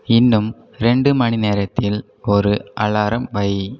இன்னும் ரெண்டு மணிநேரத்தில் ஒரு அலாரம் வை